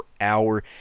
hour